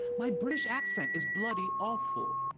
my british accent is bloody awful.